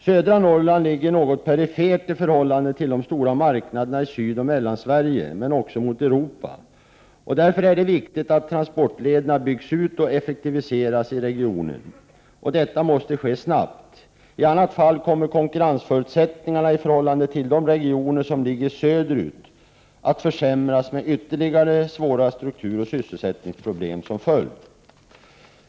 Södra Norrland ligger något perifert i förhållande till de stora marknadernai Sydoch Mellansverige men också i förhållande till Europa. Därför är det viktigt att transportlederna i regionen byggs ut och effektiviseras. Detta måste ske snabbt. I annat fall kommer konkurrensförutsättningarna i förhållande till de regioner som ligger söder ut att försämras, med ytterligare svåra strukturoch sysselsättningsproblem som följd.